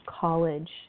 College